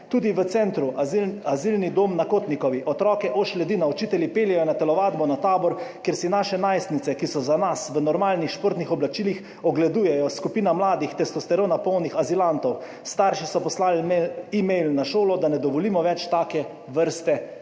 Tudi v centru azil dom na Kotnikovi, otroke OŠ ljudi na učitelji peljejo na telovadbo na Tabor, kjer si naše najstnice, ki so za nas v normalnih športnih oblačilih, ogledujejo skupina mladih, testosterona polnih azilantov. Starši so poslali e-mail na šolo, da ne dovolimo več take vrste